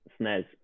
SNES